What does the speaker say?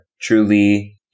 truly